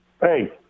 Hey